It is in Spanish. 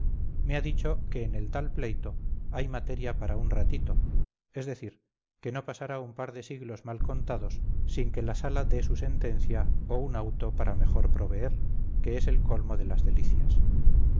me ha dicho que en el tal pleito hay materia para un ratito es decir que no pasará un par de siglos mal contados sin que la sala de su sentencia o un auto para mejor proveer que es el colmo de las delicias